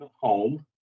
home